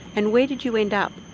and where did you end up?